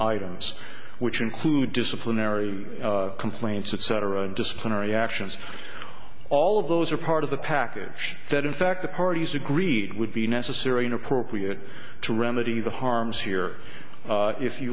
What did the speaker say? items which include disciplinary complaints etc disciplinary actions all of those are part of the package that in fact the parties agreed would be necessary and appropriate to remedy the harms here if you